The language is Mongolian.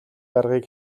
аргыг